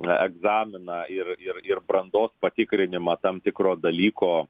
egzaminą ir ir ir brandos patikrinimą tam tikro dalyko